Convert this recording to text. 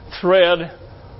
thread